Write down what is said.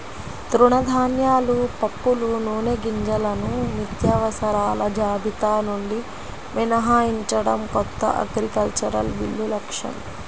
తృణధాన్యాలు, పప్పులు, నూనెగింజలను నిత్యావసరాల జాబితా నుండి మినహాయించడం కొత్త అగ్రికల్చరల్ బిల్లు లక్ష్యం